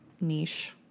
niche